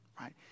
Right